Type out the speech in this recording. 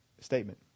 statement